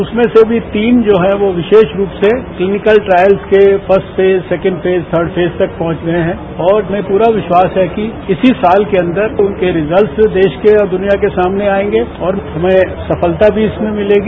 उसमें से भी तीन जो हैं वो विशेष रूप से क्लिनिकल ट्रायल्स के first phase second phase third phase तक पहुंच गये हैं और हमें पूरा विश्वास है कि इसी साल के अंदर उनके रिजल्ट्स देश के और दुनिया के सामने आयेंगे और हमें सफलता मिलेगी